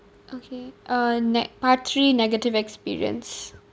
okay uh ne~ part three negative experience